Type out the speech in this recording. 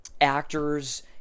actors